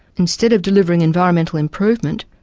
instead of delivering environmental improvement,